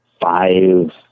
five